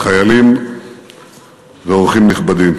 חיילים ואורחים נכבדים,